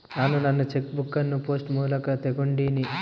ನಾನು ನನ್ನ cheque book ಅನ್ನು ಪೋಸ್ಟ್ ಮೂಲಕ ತೊಗೊಂಡಿನಿ